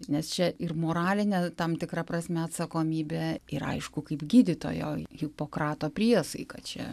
nes čia ir moraline tam tikra prasme atsakomybė ir aišku kaip gydytojo hipokrato priesaika čia